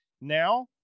Now